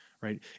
right